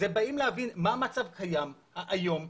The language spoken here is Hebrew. באים להבין מה המצב הקיים היום,